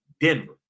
Denver